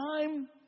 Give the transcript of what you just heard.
time